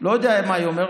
לא יודע מה היא אומרת,